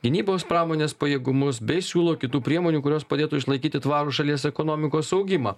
gynybos pramonės pajėgumus bei siūlo kitų priemonių kurios padėtų išlaikyti tvarų šalies ekonomikos augimą